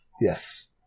Yes